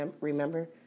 Remember